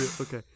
Okay